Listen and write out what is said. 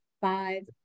five